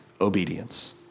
obedience